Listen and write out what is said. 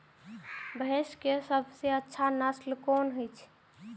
भैंस के सबसे अच्छा नस्ल कोन होय छे?